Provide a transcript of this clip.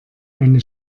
eine